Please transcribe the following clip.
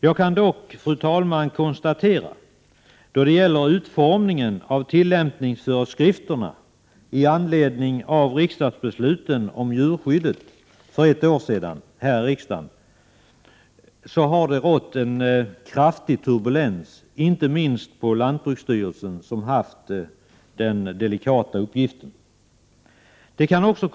Jag kan dock, fru talman, konstatera att det då det gäller utformningen av tillämpningsföreskrifterna i anledning av de riksdagsbeslut om djurskyddet som fattades för ett år sedan här i riksdagen har rått en kraftig turbulens, inte minst på lantbruksstyrelsen som har haft att ta itu med denna delikata uppgift.